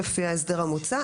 לפי ההסדר המוצע,